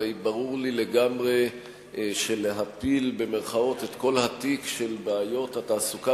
הרי ברור לי לגמרי שלהפיל את כל התיק של בעיות התעסוקה